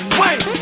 wait